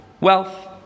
wealth